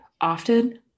often